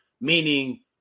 meaning